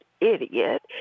idiot